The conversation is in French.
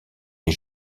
les